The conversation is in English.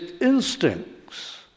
instincts